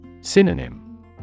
Synonym